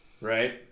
right